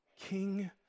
King